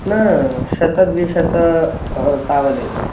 ना शतद्विशतं तावदेव